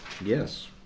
yes